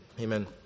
amen